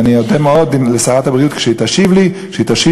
ואני אודה מאוד לשרת הבריאות אם כשהיא תשיב לי היא תשיב